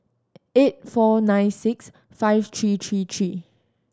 eight four nine six five three three three